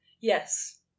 yes